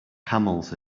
camels